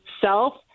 self